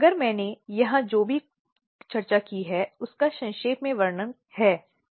अगर मैंने यहां जो कुछ भी चर्चा की है उसका संक्षेप में वर्णन करता हूं